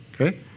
Okay